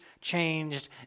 changed